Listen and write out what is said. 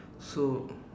so